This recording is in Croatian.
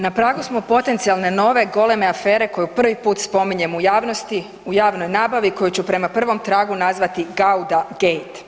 Na pragu smo potencijalne nove goleme afere koju prvi put spominjem u javnosti u javnoj nabavi koju ću prema prvom tragu nazvati Gauda gate.